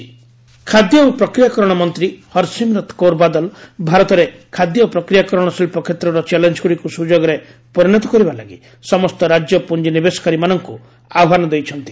Harsimrat investors ଖାଦ୍ୟ ଓ ପ୍ରକ୍ରିୟାକରଣ ମନ୍ତ୍ରୀ ହରସିମରତ କୌର ବାଦଲ ଭାରତରେ ଖାଦ୍ୟ ପ୍ରକ୍ରିୟାକରଣ ଶିଳ୍ପ କ୍ଷେତ୍ରର ଚ୍ୟାଲେଞ୍ଜଗୁଡ଼ିକୁ ସୁଯୋଗରେ ପରିଣତ କରିବା ଲାଗି ସମସ୍ତ ରାଜ୍ୟ ପୁଞ୍ଜିନିବେଶକାରୀମାନଙ୍କୁ ଆହ୍ୱାନ ଦେଇଛନ୍ତି